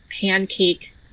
pancake